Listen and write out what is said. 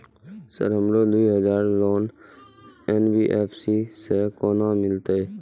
Sir हमरो दूय हजार लोन एन.बी.एफ.सी से केना मिलते?